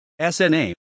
SNA